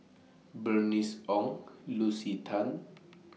Bernice Ong Lucy Tan